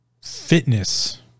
fitness